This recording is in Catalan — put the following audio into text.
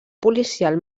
policial